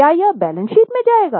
क्या यह balance sheet में जाएगा